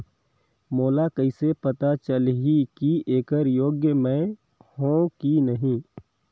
मोला कइसे पता चलही की येकर योग्य मैं हों की नहीं?